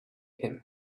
him